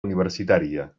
universitària